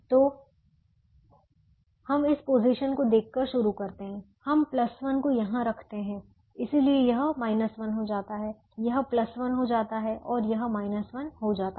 तो हम इस पोजीशन को देखकर शुरू करते हैं हम 1 को यहां रखते हैं इसलिए यह 1 हो जाता है यह 1 हो जाता है और यह 1 हो जाता है